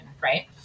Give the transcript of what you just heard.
right